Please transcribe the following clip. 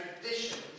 traditions